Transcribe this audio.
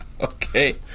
okay